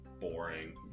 boring